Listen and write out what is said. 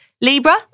Libra